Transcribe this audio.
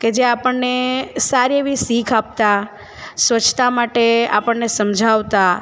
કે જે આપણને સારી એવી શીખ આપતા સ્વચ્છતા માટે આપણને સમજાવતા